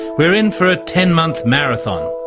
we are in for a ten month marathon.